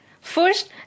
First